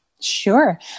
Sure